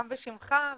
גם בשמך,